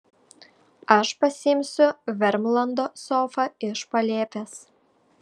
aš pasiimsiu vermlando sofą iš palėpės